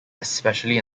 especially